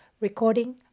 Recording